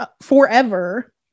forever